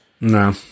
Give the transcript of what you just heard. no